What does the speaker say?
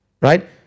Right